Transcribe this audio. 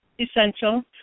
essential